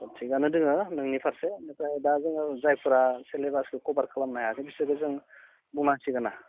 थिखआनो दोङो नोंनि फारसे बेनिफ्राय दा जोङो जायफोरा सिलेबासखो कभार खालामनो हायाखै बिसोरखो जों बुंनांसिगोन ना